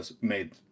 made